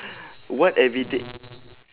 what everyday